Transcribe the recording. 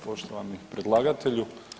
Poštovani predlagatelju.